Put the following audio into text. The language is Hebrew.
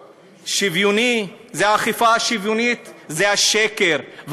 זו האכיפה השוויונית, זה השקר.